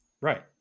Right